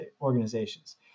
organizations